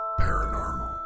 paranormal